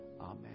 Amen